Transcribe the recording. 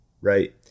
right